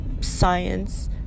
science